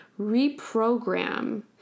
reprogram